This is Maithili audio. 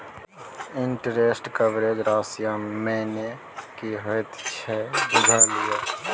इंटरेस्ट कवरेज रेशियो मने की होइत छै से बुझल यै?